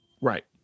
Right